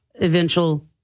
eventual